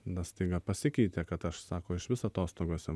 na staiga pasikeitė kad aš sako išvis atostogose